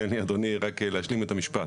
תן לי אדוני רק להשלים את המשפט.